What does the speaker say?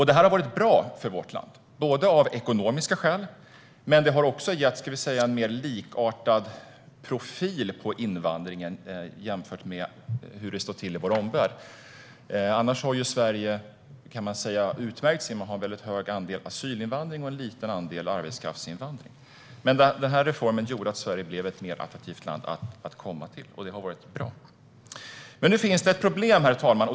Det här har varit bra för vårt land av ekonomiska skäl, men det har också lett till en invandring som till större del liknar hur invandringen ser ut i vår omvärld. Sverige har annars utmärkt sig genom att ha hög andel asylinvandring och liten andel arbetskraftsinvandring. Men den reformen gjorde Sverige till ett mer attraktivt land att komma till. Det har varit bra. Herr talman! Nu finns det dock ett problem.